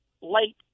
late